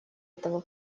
этого